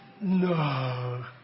No